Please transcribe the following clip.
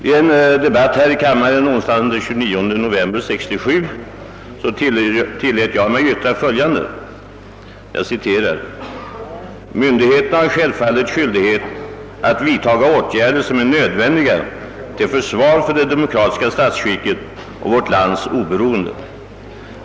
I en debatt i denna kammare onsdagen den 29 november 1967 tillät jag mig yttra bl.a. följande: »Myndigheterna har självfallet skyldighet att vidta åtgärder som är nödvändiga till försvar för det demokra tiska statsskicket och vårt lands oberoende.